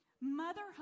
Motherhood